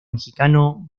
mexicano